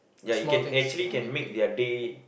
ya you can actually can make your day